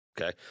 Okay